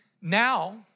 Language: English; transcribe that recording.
now